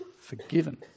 forgiven